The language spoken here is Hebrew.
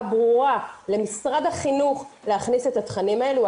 ברורה למשרד החינוך להכניס את התכנים האלו.